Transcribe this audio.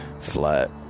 flat